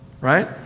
Right